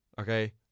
Okay